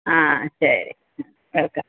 ஆ சரி ஓகே